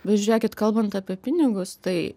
bet žiūrėkit kalbant apie pinigus tai